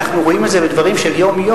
כי אנחנו רואים את זה בדברים של יום-יום,